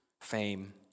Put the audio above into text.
fame